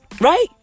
Right